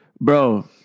Bro